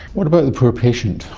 what about the poor patient?